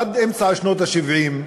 עד אמצע שנות ה-70,